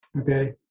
Okay